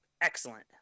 excellent